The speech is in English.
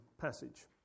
passage